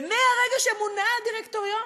ומרגע שמונה הדירקטוריון,